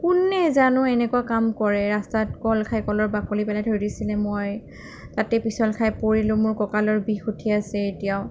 কোনে জানো এনেকুৱা কাম কৰে ৰাস্তাত কল খাই কলৰ বাকলি পেলাই থৈ দিছিলে মই তাতে পিচল খাই পৰিলোঁ মোৰ কঁকালৰ বিষ উঠি আছে এতিয়াও